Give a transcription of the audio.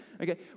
Okay